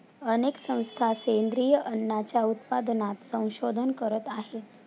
अनेक संस्था सेंद्रिय अन्नाच्या उत्पादनात संशोधन करत आहेत